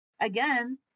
again